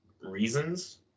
reasons